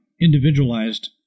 individualized